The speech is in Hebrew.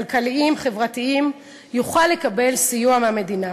כלכליים או חברתיים יוכל לקבל סיוע מהמדינה,